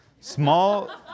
Small